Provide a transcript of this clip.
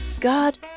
God